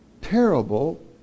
terrible